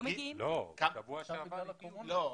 שבוע שעבר --- לא,